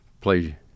play